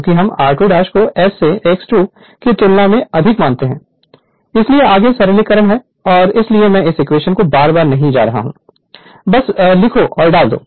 चूँकि हम r2 को S से x 2 की तुलना में अधिक मानते हैं इसलिए आगे सरलीकरण है और इसलिए मैं इस इक्वेशन पर बार बार नहीं जा रहा हूँ बस लिखो और डाल दो